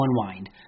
unwind